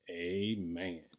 amen